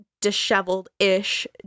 disheveled-ish